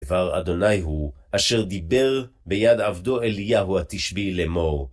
דבר אדוני הוא, אשר דיבר ביד עבדו אליהו התשבי לאמור.